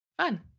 Fun